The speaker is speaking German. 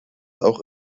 auch